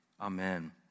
amen